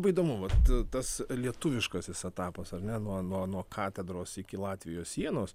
labai įdomu vat tas lietuviškasis etapas ar ne nuo nuo nuo katedros iki latvijos sienos